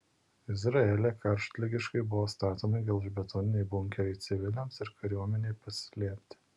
izraelyje karštligiškai buvo statomi gelžbetoniniai bunkeriai civiliams ir kariuomenei pasislėpti